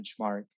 benchmark